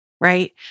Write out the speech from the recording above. right